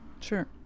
Sure